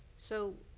so,